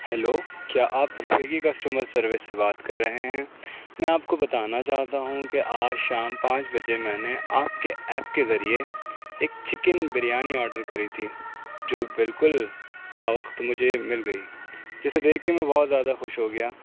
hello کیا آپ Swiggy customer service سے بات کر رہے ہیں میں آپ کو بتانا چاہتا ہوں کہ آج شام پانچ بجے میں نے آپ کے ایپ کے ذریعے ایک چکن بریانی آڈر کری تھی جو بالکل باوقت مجھے مل گئی جسے دیکھ کے میں بہت زیادہ خوش ہو گیا